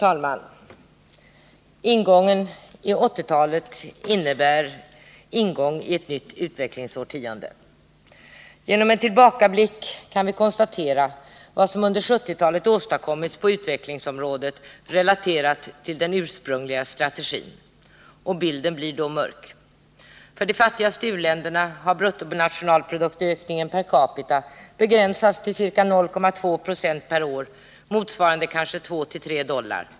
Fru talman! Ingången i 1980-talet innebär ingång i ett nytt utvecklingsårtionde. Genom en tillbakablick kan vi konstatera vad som under 1970-talet åstadkommits på utvecklingsområdet relaterat till den ursprungliga strategin. Bilden blir då mörk. För de fattigaste u-länderna har bruttonationalproduktsökningen per capita begränsats till ca 0,2 20 per år, motsvarande kanske 2-3 dollar.